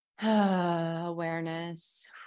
Awareness